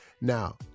Now